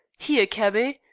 here, cabby!